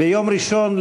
ביום ראשון,